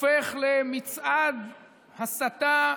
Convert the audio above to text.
הופך למצעד הסתה